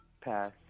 Pass